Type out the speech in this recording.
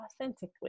authentically